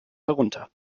herunter